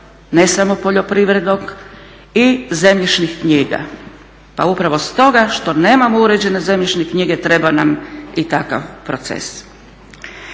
ne samo poljoprivrednog i zemljišnih knjiga. Pa upravo stoga što nemamo uređene zemljišne knjige treba nam i takav proces.